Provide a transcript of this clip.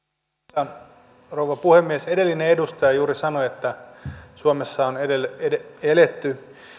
arvoisa rouva puhemies edellinen edustaja juuri sanoi että suomessa on eletty